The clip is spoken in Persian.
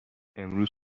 امروز